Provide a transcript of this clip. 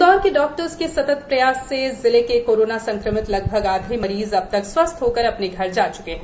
इंदौर के डॉक्टर्स के सतत प्रयास से जिले के कोरोना संक्रमित लगभग आधे मरीज अब तक स्वस्थ होकर अपने घर जा च्के हैं